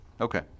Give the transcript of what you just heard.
Okay